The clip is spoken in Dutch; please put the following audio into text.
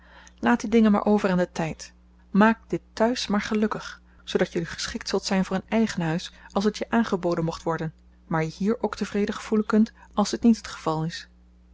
laat die dingen maar over aan den tijd maak dit thuis maar gelukkig zoodat jullie geschikt zult zijn voor een eigen huis als het je aangeboden mocht worden maar je hier ook tevreden gevoelen kunt als dit niet het geval is